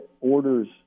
orders